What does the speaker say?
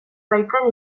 baitzen